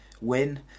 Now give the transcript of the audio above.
win